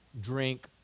drink